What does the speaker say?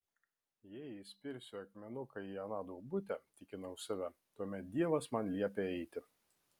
jei įspirsiu akmenuką į aną duobutę tikinau save tuomet dievas man liepia eiti